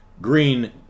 green